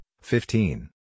fifteen